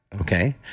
Okay